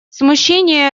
смущение